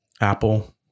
apple